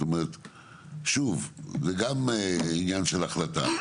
זאת אומרת, שוב, זה גם עניין של החלטה.